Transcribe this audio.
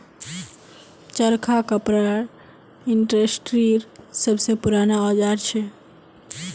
चरखा कपड़ा इंडस्ट्रीर सब स पूराना औजार छिके